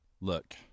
Look